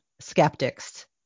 skeptics